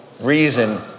reason